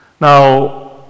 Now